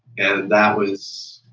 and that was